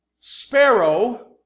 sparrow